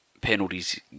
penalties